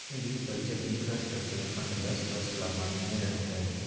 agriculture infrastructure fund दस वर्ष ला माननीय रह तय